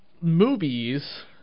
movies